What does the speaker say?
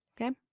Okay